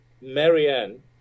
Marianne